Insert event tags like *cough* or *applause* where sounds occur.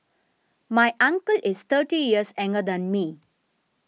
my uncle is thirty years *unintelligible* than me